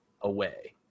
away